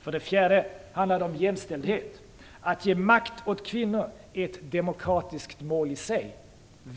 För det fjärde handlar det om jämställdhet. Att ge makt åt kvinnor är ett demokratiskt mål i sig.